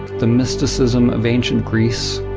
the mysticism of ancient greece,